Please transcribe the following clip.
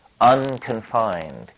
unconfined